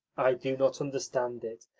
i do not understand it.